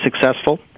successful